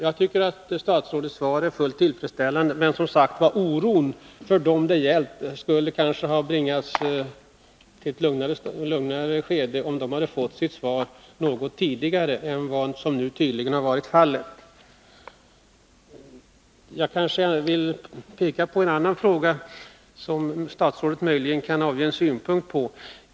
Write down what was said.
Jag tycker att statsrådets svar är fullt tillfredsställande. Men oron hos dem som detta gäller skulle kanske ha bringats till ett lugnare skede, om de hade fått sitt svar något tidigare än som nu tydligen varit fallet. Jag vill peka på en annan fråga, som statsrådet möjligen kan avge synpunkter på.